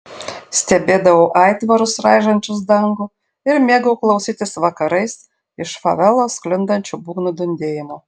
stebėdavau aitvarus raižančius dangų ir mėgau klausytis vakarais iš favelos sklindančių būgnų dundėjimo